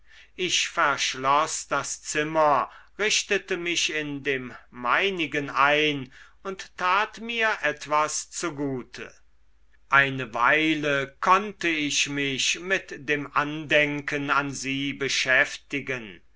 ich verschloß das zimmer richtete mich in dem meinigen ein und tat mir etwas zugute eine weile konnte ich mich mit dem andenken an sie beschäftigen